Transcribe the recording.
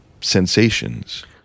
sensations